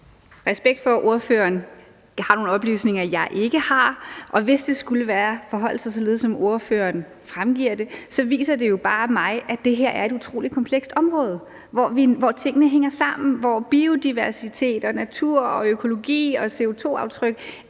Respekt for, at ordføreren har nogle oplysninger, jeg ikke har, og hvis det skulle forholde sig således, som ordføreren fremstiller det, så viser det jo bare mig, at det her er et utrolig komplekst område, hvor tingene hænger sammen, hvor biodiversitet og natur og økologi og CO2-aftryk